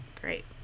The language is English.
Great